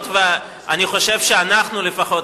היות שאני חושב שאנחנו לפחות,